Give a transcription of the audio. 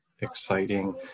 exciting